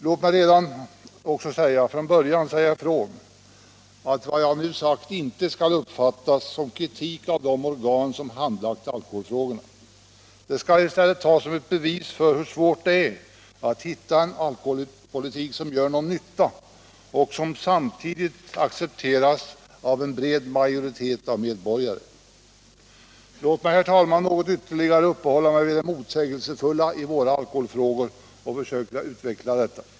Låt mig redan från början säga ifrån att vad jag nu sagt inte skall uppfattas som kritik av de organ som handlagt alkoholfrågorna. I stället skall det tas som ett bevis på hur svårt det är att föra en alkoholpolitik som gör någon nytta och som samtidigt accepteras av en bred majoritet av medborgare. Låt mig, herr talman, något ytterligare uppehålla mig vid det motsägelsefulla när det gäller våra alkoholfrågor och försöka utveckla detta.